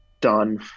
done